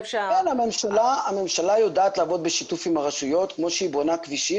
הממשלה יודעת לעבוד בשיתוף עם הרשויות כמו שהיא בונה כבישים